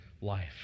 life